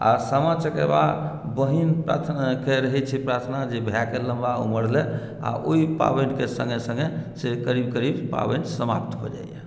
आ सामा चकेवा बहिन प्रार्थनाके रहैत छै प्रार्थना जे भायके लम्बा उमर लेल आ ओहि पाबनिके सङ्गे सङ्गे करीब करीब पाबनि समाप्त भऽ जाइए